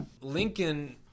Lincoln